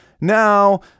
Now